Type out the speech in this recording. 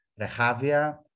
Rehavia